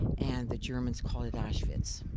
and the german's called it auschwitz.